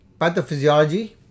Pathophysiology